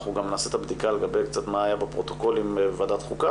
אנחנו גם נעשה את הבדיקה לגבי מה היה בפרוטוקולים של ועדת חוקה,